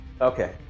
okay